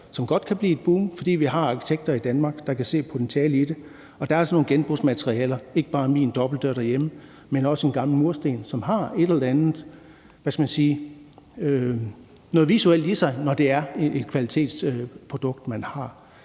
som godt kan blive et boom, fordi vi har arkitekter i Danmark, der kan se potentialet i det, og der er altså nogle genbrugsmaterialer, ikke bare min dobbeltdør derhjemme, men også en gammel mursten, som har noget visuelt i sig, når det er et kvalitetsprodukt, man har.